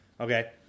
Okay